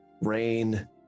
Rain